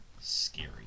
scary